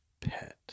pet